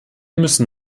müssen